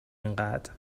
اینقدر